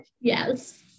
Yes